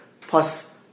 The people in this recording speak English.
Plus